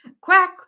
Quack